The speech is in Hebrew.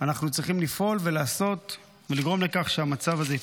אנחנו צריכים לפעול ולעשות ולגרום לכך שהמצב הזה ייפתר.